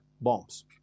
bombs